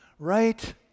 Right